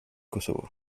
kosovo